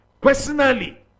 personally